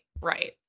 right